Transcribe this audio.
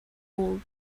old